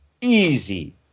easy